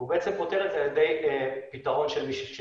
הוא פותר את זה על ידי פתרון של משפטים